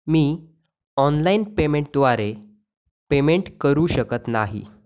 मी online पेमेंटद्वारे payment करू शकत नाही